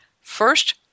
first